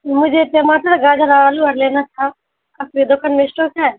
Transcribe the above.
مجھے ٹماٹر گاجر اور آلو اور لینا تھا آپ کے دکان میں اسٹاک ہے